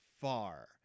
far